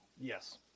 Yes